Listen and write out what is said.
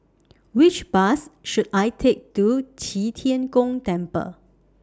Which Bus should I Take to Qi Tian Gong Temple